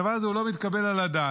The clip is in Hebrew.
הדבר הזה לא מתקבל על הדעת.